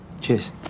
cheers